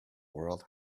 world